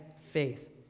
faith